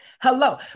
hello